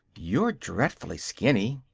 you're dreadfully skinny.